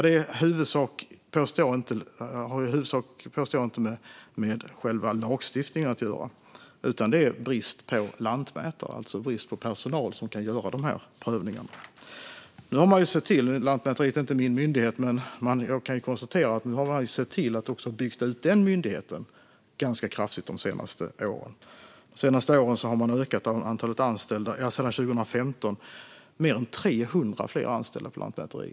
Det har inte, påstår jag, i huvudsak med själva lagstiftningen att göra, utan det beror på brist på lantmätare - brist på personal som kan göra dessa prövningar. Lantmäteriet är inte min myndighet, men jag kan konstatera att man nu har sett till att bygga ut också den myndigheten ganska kraftigt de senaste åren. Sedan 2015 har man ökat antalet anställda med mer än 300 på Lantmäteriet.